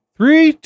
Three